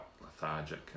lethargic